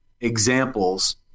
examples